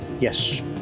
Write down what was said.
yes